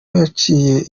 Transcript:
haciyeho